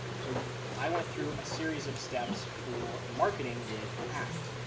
so i went through a series of steps for marketing with act.